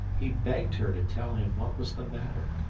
he begged her to tell him what was the matter,